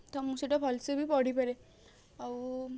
ତ ମୁଁ ସେଇଟା ଭଲ ସେ ବି ପଢ଼ିପାରେ ଆଉ